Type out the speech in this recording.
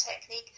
technique